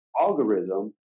algorithm